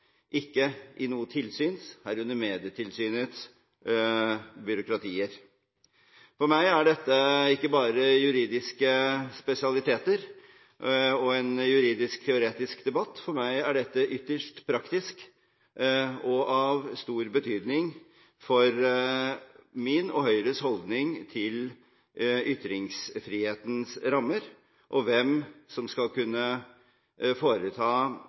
ikke i noe tilsyns, herunder Medietilsynets, byråkratier. For meg er dette ikke bare juridiske spesialiteter og en juridisk-teoretisk debatt. For meg er dette ytterst praktisk og av stor betydning for min og Høyres holdning til ytringsfrihetens rammer og hvem som skal kunne